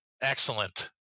Excellent